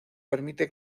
permite